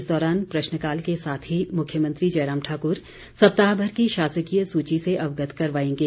इस दौरान प्रश्नकाल के साथ ही मुख्यमंत्री जयराम ठाकुर सप्ताहभर की शासकीय सूची से अवगत करवाएंगे